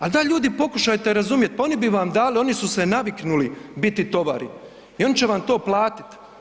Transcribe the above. Al daj ljudi pokušajte razumjet, pa oni bi vam dali, oni su se naviknuli biti tovari i oni će vam to platit.